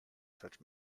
such